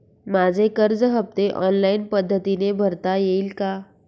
माझे कर्ज हफ्ते ऑनलाईन पद्धतीने भरता येतील का?